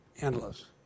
endless